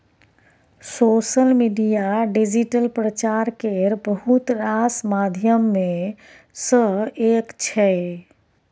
social media digital प्रचार केर बहुत रास माध्यम मे सँ एक छै